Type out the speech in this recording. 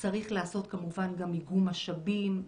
כמובן שצריך לעשות איגום משאבים,